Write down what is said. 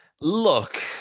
look